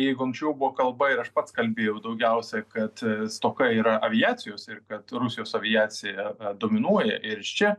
jeigu anksčiau buvo kalba ir aš pats kalbėjau daugiausiai kad stoka yra aviacijos ir kad rusijos aviacija dominuoja ir iš čia